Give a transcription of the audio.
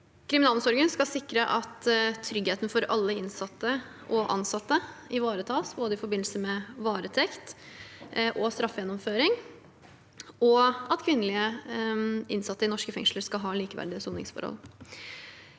Kriminalomsorgen skal sikre at tryggheten for alle innsatte og ansatte ivaretas i forbindelse med både varetekt og straffegjennomføring, og at kvinnelige innsatte i norske fengsler skal ha likeverdige soningsforhold.